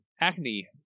acne